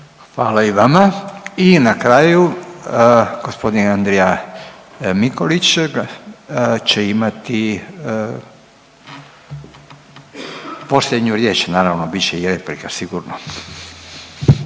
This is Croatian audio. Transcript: Hvala i vama. I na kraju g. Andrija Mikulić će imati posljednju riječ, naravno bit će i replika sigurno.